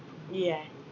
yeah